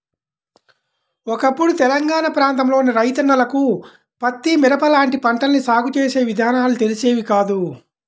ఒకప్పుడు తెలంగాణా ప్రాంతంలోని రైతన్నలకు పత్తి, మిరప లాంటి పంటల్ని సాగు చేసే విధానాలు తెలిసేవి కాదు